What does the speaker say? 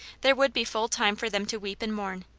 there would be full time for them to weep, and mourn.